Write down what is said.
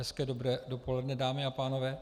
Hezké dobré dopoledne, dámy a pánové.